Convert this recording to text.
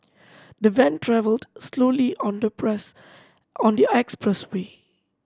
the van travelled slowly on the press on the expressway